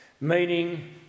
meaning